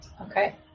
Okay